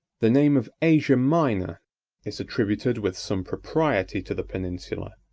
the name of asia minor is attributed with some propriety to the peninsula,